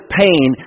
pain